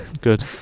good